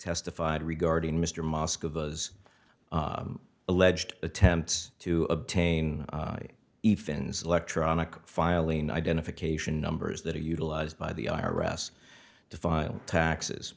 testified regarding mr mosque of those alleged attempts to obtain eat finn's electronic filing identification numbers that are utilized by the i r s to file taxes